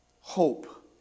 hope